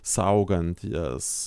saugant jas